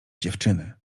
dziewczyny